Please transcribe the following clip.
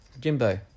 Jimbo